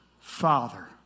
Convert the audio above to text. Father